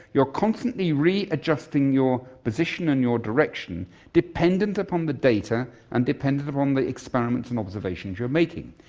you're constantly readjusting your position and your direction dependent upon the data and dependent upon the experiments and observations you're making.